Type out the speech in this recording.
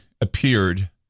appeared